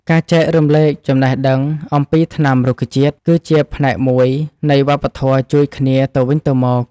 ការចែករំលែកចំណេះដឹងអំពីថ្នាំរុក្ខជាតិ គឺជាផ្នែកមួយនៃវប្បធម៌ជួយគ្នាទៅវិញទៅមក។